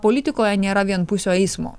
politikoje nėra vienpusio eismo